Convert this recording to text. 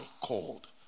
called